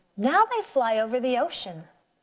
now they fly over the ocean.